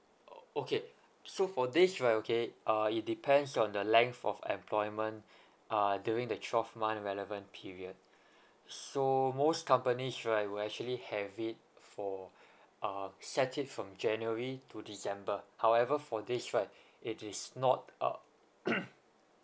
o~ okay so for this right okay uh it depends on the length of employment uh during the twelve month relevant period so most companies right will actually have it for uh set it from january to december however for this right it is not uh